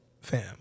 Fam